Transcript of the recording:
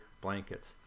blankets